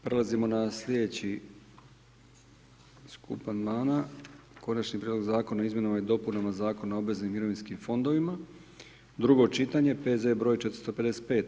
Prelazimo na slijedeći skup Amandmana: - Konačni prijedlog zakona o izmjenama i dopunama Zakona o obveznim mirovinskim fondovima, drugo čitanje, P.Z. broj 455.